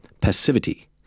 passivity